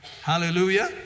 Hallelujah